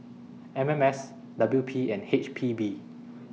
M M S W P and H P B